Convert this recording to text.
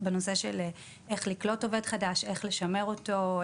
בנושא של - איך לקלוט עובד חדש ואיך לשמר אותו,